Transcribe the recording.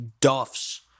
Duff's